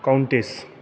countess